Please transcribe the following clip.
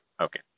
Okay